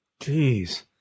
Jeez